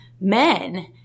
men